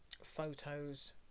photos